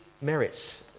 merits